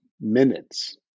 minutes